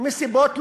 מסיבות לאומיות.